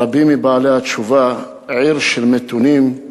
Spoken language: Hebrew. רבים מבעלי התשובה, עיר של מתונים.